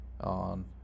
on